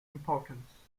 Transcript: importance